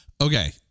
Okay